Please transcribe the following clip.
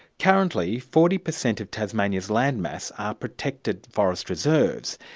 currently forty percent of tasmania's land mass are protected forest reserves.